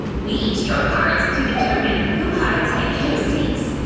we each draw cards to determine who hides and who seeks.